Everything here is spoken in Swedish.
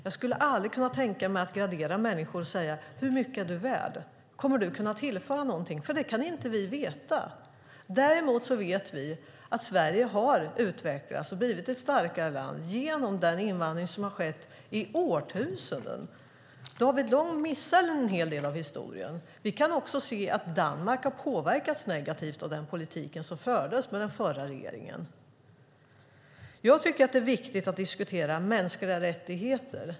Jag skulle aldrig kunna gradera människor och fråga: Hur mycket är du värd? Kommer du att tillföra något? Vi kan inte veta det. Däremot vet vi att Sverige har utvecklats och blivit ett starkare land genom den invandring som har skett i årtusenden. David Lång missar en hel del av historien. Vi kan också se att Danmark har påverkats negativt av den politik som fördes av den förra regeringen. Det är viktigt att diskutera mänskliga rättigheter.